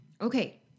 Okay